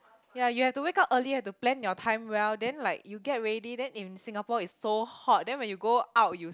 ya you have to wake up earlier have to plan your time well then like you get ready then in Singapore it's so hot then when you go out you